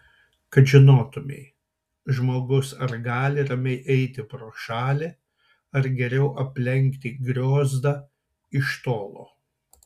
kad žinotumei žmogus ar gali ramiai eiti pro šalį ar geriau aplenkti griozdą iš tolo